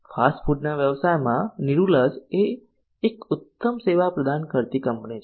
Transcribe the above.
fast ફૂડના વ્યવસાયમાં NIRULAS એક ઉત્તમ સેવા પ્રદાન કરતી કંપની છે